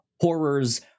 horrors